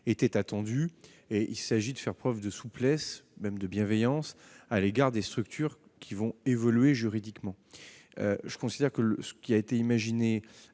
était attendue et il s'agit de faire preuve de souplesse, même de bienveillance, à l'égard des structures qui vont évoluer juridiquement. Ce qui a été imaginé